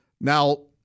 now